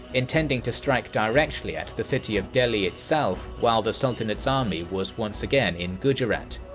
intending to strike directly at the city of delhi itself while the sultanate's army was once again in gujarat.